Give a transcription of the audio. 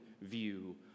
view